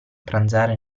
pranzare